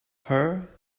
her